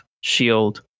shield